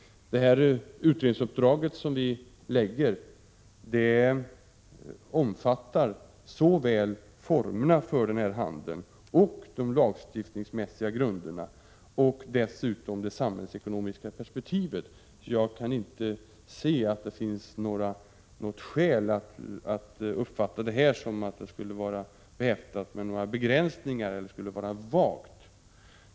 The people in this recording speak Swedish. Det utredningsuppdrag som vi har initierat omfattar såväl formerna för denna handel som de lagstiftningsmässiga grunderna, liksom också det samhällsekonomiska perspektivet. Jag kan inte se att det finns skäl att uppfatta detta som att uppdraget skulle vara behäftat med några begränsningar eller vara vagt.